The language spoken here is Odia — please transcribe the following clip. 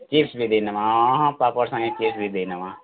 ଚିପ୍ସ୍ ବି ଦେଇନେମା ହଁ ହଁ ପାମ୍ପଡ଼୍ ସାଙ୍ଗେ ଚିପ୍ସ୍ ବି ଦେଇନେମା